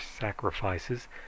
sacrifices